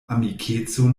amikeco